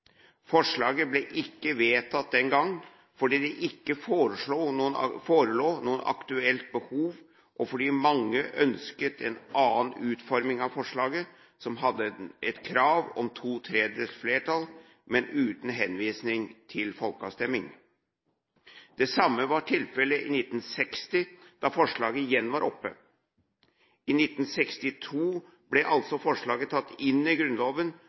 Forslaget ble ikke vedtatt den gang, fordi det ikke forelå noe aktuelt behov, og fordi mange ønsket en annen utforming av forslaget, som hadde et krav om to tredjedels flertall, men uten henvisning til folkeavstemning. Det samme var tilfellet i 1960, da forslaget igjen var oppe. I 1962 ble forslaget tatt inn i Grunnloven